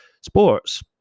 sports